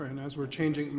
and as we're changing,